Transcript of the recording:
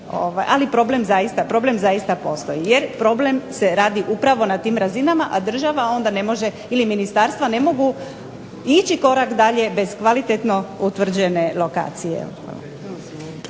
ali problem zaista postoji jer problem se radi upravo na tim razinama, a država onda ili ministarstva ne mogu ići korak dalje bez kvalitetno utvrđene lokacije.